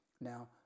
Now